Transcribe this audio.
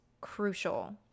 crucial